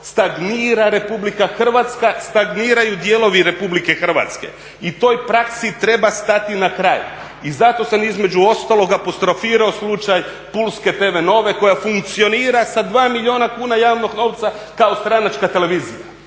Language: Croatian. stagnira Republika Hrvatska, stagniraju dijelovi Republike Hrvatske i toj praksi treba stati na kraj. I zato sam između ostalog apostrofirao slučaj pulske TV Nove koja funkcionira sa 2 milijuna kuna javnog novca kao stranačka televizija.